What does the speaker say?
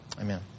Amen